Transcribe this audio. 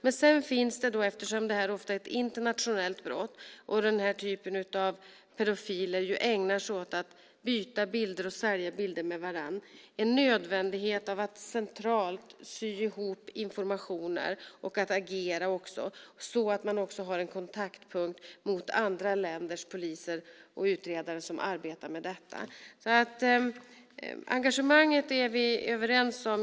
Men sedan finns det, eftersom det här ofta är ett internationellt brott och den här typen av pedofiler ju ägnar sig åt att byta bilder med varandra och sälja bilder, en nödvändighet att centralt sy ihop information och att agera så att man också har en kontaktpunkt mot andra länders poliser och utredare som arbetar med detta. Engagemanget är vi överens om.